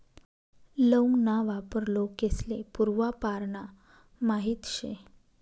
लौंग ना वापर लोकेस्ले पूर्वापारना माहित शे